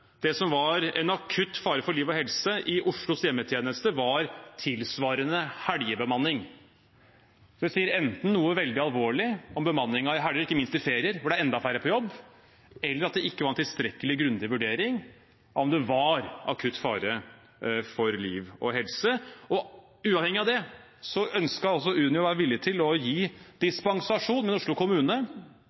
det som var en akutt fare for liv og helse i Oslos hjemmetjeneste, var tilsvarende helgebemanning. Det sier enten noe veldig alvorlig om bemanningen i helger – ikke minst i ferier, hvor det er enda færre på jobb – eller at det ikke var en tilstrekkelig grundig vurdering av om det var akutt fare for liv og helse. Uavhengig av det ønsket altså Unio, og var villig til, å gi dispensasjon, men Oslo kommune,